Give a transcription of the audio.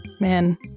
Man